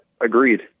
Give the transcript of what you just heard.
agreed